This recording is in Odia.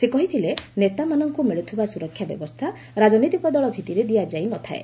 ସେ କହିଥିଲେ ନେତାମାନଙ୍କୁ ମିଳୁଥିବା ସୁରକ୍ଷା ବ୍ୟବସ୍ଥା ରାଜନୈତିକ ଦଳ ଭିଭିରେ ଦିଆଯାଇ ନ ଥାଏ